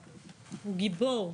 גיבור.